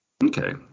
Okay